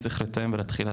צריך לתאם ולהתחיל לעבוד.